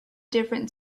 different